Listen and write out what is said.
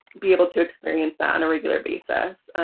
be able to experience that on a regular basis.